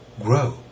grow